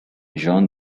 jean